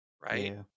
Right